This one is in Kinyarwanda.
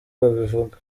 babivuga